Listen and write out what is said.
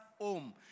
home